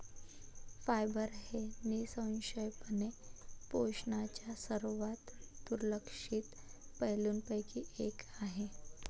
fibre हे निःसंशयपणे पोषणाच्या सर्वात दुर्लक्षित पैलूंपैकी एक आहे